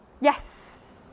Yes